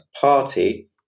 Party